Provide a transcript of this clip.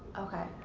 okay.